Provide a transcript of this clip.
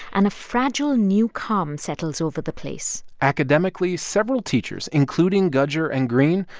and a fragile new calm settles over the place academically, several teachers, including gudger and greene,